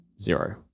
zero